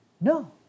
No